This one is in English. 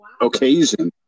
occasion